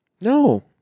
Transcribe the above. No